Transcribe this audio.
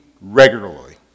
regularly